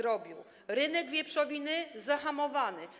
Rynek wieprzowiny zahamowany.